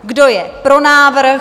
Kdo je pro návrh?